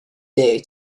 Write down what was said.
day